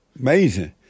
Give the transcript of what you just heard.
Amazing